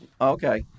Okay